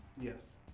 Yes